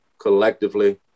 collectively